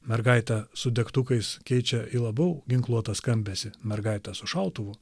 mergaitė su degtukais keičia į labiau ginkluotą skambesį mergaitė su šautuvu